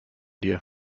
dir